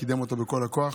שקידם אותו בכל הכוח,